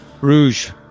rouge